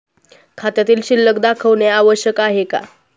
खात्यातील शिल्लक दाखवणे आवश्यक आहे का?